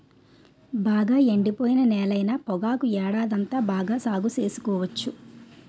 బాగా ఎండిపోయిన నేలైన పొగాకు ఏడాదంతా బాగా సాగు సేసుకోవచ్చు